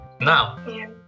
Now